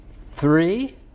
three